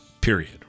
period